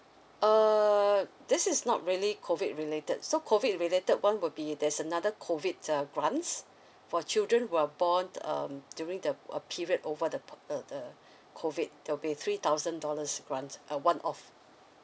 uh this is not really COVID related so COVID related one would be there's another COVID uh grant for children who are born um during the uh period over the uh the COVID there'll be three thousand dollars grant a one off